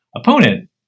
opponent